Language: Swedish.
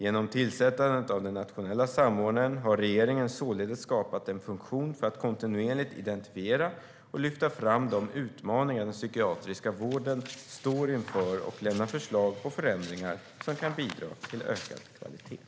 Genom tillsättandet av den nationella samordnaren har regeringen således skapat en funktion för att kontinuerligt identifiera och lyfta fram de utmaningar den psykiatriska vården står inför och lämna förslag på förändringar som kan bidra till ökad kvalitet.